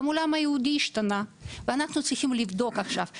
גם העולם היהודי השתנה ואנחנו צריכים לבדוק עכשיו.